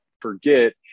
forget